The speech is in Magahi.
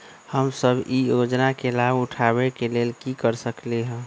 हम सब ई योजना के लाभ उठावे के लेल की कर सकलि ह?